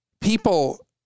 people